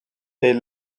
est